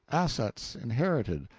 assets inherited,